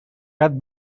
gat